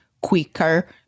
quicker